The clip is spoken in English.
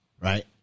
right